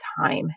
time